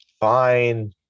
Fine